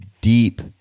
deep